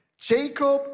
Jacob